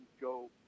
go